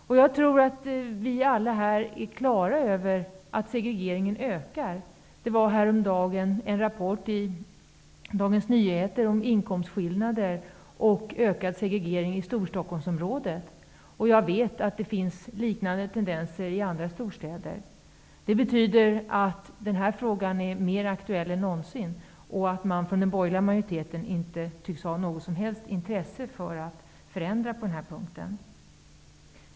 Jag tror att vi alla är klara över att segregeringen ökar. Det gavs häromdagen en rapport i Dagens Nyheter om inkomstskillnader och ökad segregering i Storstockholmsområdet, och jag vet att liknande tendenser finns i andra storstäder. Denna fråga är mera aktuell än någonsin. Men den borgerliga majoriteten tycks inte ha något som helst intresse för att åstadkomma förändringar på denna punkt.